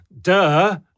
Duh